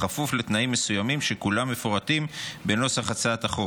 בכפוף לתנאים מסוימים שכולם מפורטים בנוסח הצעת החוק.